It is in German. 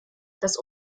das